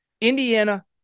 Indiana